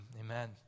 amen